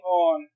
on